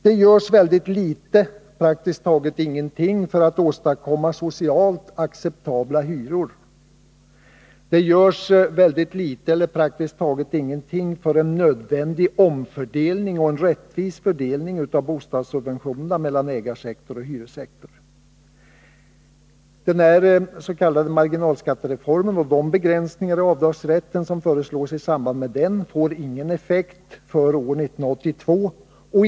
Det görs mycket litet, praktiskt taget ingenting, för att åstadkomma socialt acceptabla hyror och en nödvändig omfördelning och rättvis fördelning av bostadsubventionerna mellan ägarsektor och hyressektor. Den s.k. marginalskattereformen och de begränsningar i avdragsrätten som förslås i samband med den får ingen omedelbar effekt för år 1982.